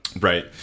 Right